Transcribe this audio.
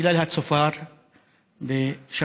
בגלל הצופר בשבת.